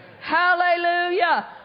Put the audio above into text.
Hallelujah